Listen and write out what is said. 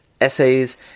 essays